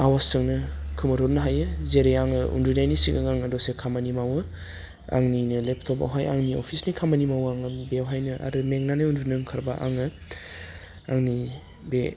आवासजोंनो खोमोर हरनो हायो जेरै आङो उन्दुनायनि सिगां आङो दसे खामानि मावो आंनिनो लेपटपआवहाय आंनि अफिसनि खामानि मावो आङो बेवहायनो आरो मेंनानै उन्दुनो ओंखारबा आङो आंनि बे